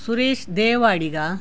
Suresh Devadiga